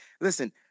listen